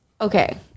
okay